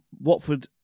Watford